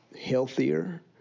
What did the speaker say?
healthier